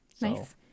Nice